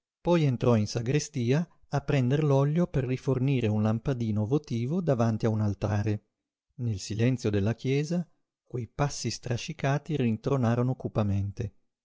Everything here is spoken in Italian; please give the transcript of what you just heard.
poi entrò in sagrestia a prender l'olio per rifornire un lampadino votivo davanti a un altare nel silenzio della chiesa quei passi strascicati rintronarono cupamente